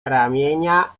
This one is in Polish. ramienia